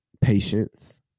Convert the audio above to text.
patience